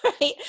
Right